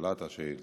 ששאלה את השאילתה,